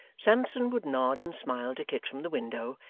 sampson would nod and smile to kit from the window,